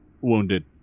wounded